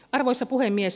arvoisa puhemies